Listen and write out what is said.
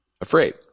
afraid